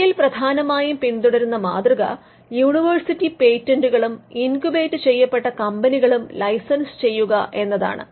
ഇന്ത്യയിൽ പ്രധാനമായും പിന്തുടരുന്ന മാതൃക യൂണിവേഴ്സിറ്റി പേറ്റന്റ്റുകളും ഇൻക്യൂബേറ്റുചെയ്യപ്പെട്ട കമ്പനികളും ലൈസൻസ് ചെയ്യുക എന്നതാണ്